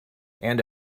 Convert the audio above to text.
and